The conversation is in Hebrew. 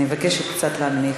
אני מבקשת קצת להנמיך.